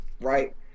right